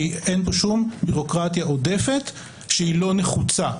כי אין פה שום ביורוקרטיה עודפת שלא נחוצה.